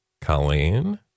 Colleen